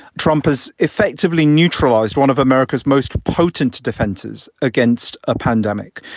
trump has effectively neutralized one of america's most potent defenses against a pandemic.